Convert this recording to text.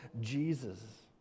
Jesus